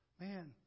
man